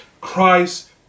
Christ